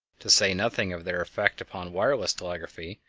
to say nothing of their effect upon wireless telegraphy',